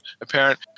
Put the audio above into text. apparent